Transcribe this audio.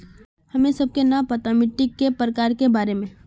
हमें सबके न पता मिट्टी के प्रकार के बारे में?